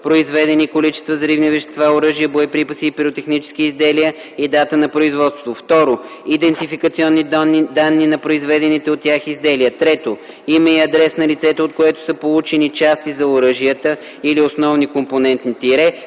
произведени количества взривни вещества, оръжия, боеприпаси и пиротехнически изделия и дата на производство; 2. идентификационни данни на произведените от тях изделия; 3. име и адрес на лицето, от което са получени части за оръжията или основни компоненти -